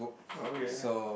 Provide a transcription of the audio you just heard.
oh really